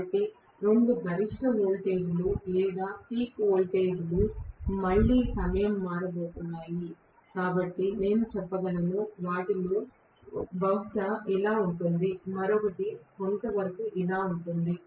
కాబట్టి రెండు గరిష్ట వోల్టేజీలు లేదా పీక్ వోల్టేజీలు మళ్లీ సమయం మారబోతున్నాయి కాబట్టి నేను చెప్పగలను వాటిలో ఒకటి బహుశా ఇలా ఉంటుంది మరొకటి కొంతవరకు ఇలా ఉంటుంది